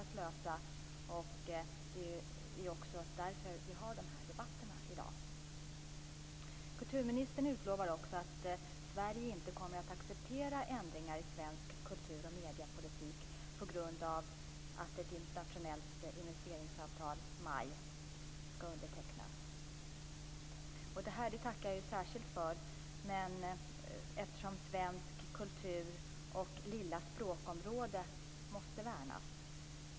Det är också därför vi har de här debatterna i dag. Kulturministern utlovar att Sverige inte kommer att acceptera ändringar i svensk kultur och mediepolitik på grund av att ett internationellt investeringsavtal, MAI, skall undertecknas. Det tackar jag särskilt för, eftersom svensk kultur och det lilla språkområdet måste värnas.